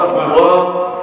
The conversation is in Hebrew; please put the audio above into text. הברורה כל כך,